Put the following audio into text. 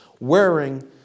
Wearing